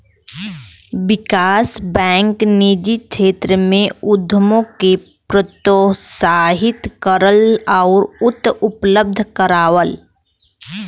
विकास bank निजी क्षेत्र में उद्यमों के प्रोत्साहित करला आउर वित्त उपलब्ध करावला